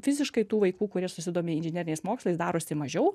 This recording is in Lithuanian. fiziškai tų vaikų kurie susidomi inžineriniais mokslais darosi mažiau